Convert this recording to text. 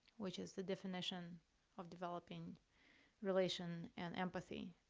which is the definition of developing relation and empathy.